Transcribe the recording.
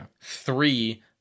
three